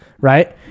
Right